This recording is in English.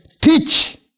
teach